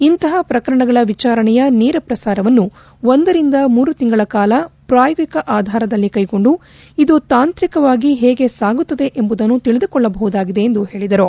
ಇಂತಪ ಪ್ರಕರಣಗಳ ವಿಚಾರಣೆಯ ನೇರ ಪ್ರಸಾರವನ್ನು ಒಂದರಿಂದ ಮೂರು ತಿಂಗಳ ಕಾಲ ಪ್ರಯೋಗಿಕ ಆಧಾರದಲ್ಲಿ ಕೈಗೊಂಡು ಇದು ತಾಂತ್ರಿಕವಾಗಿ ಹೇಗೆ ಸಾಗುತ್ತದೆ ಎಂಬುವುದನ್ನು ತಿಳಿದುಕೊಳ್ಳಬಹುದಾಗಿದೆ ಎಂದು ಹೇಳದರು